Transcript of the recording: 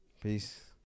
Peace